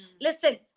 listen